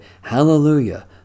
Hallelujah